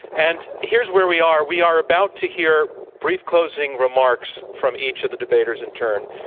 and here's where we are. we are about to hear brief closing remarks from each of the debaters in turn.